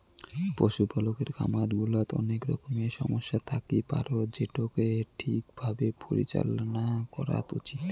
পশুপালকের খামার গুলাত অনেক রকমের সমস্যা থাকি পারত যেটোকে ঠিক ভাবে পরিচালনা করাত উচিত